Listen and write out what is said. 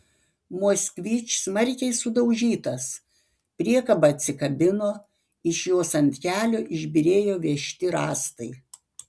moskvič smarkiai sudaužytas priekaba atsikabino iš jos ant kelio išbyrėjo vežti rąstai